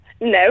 No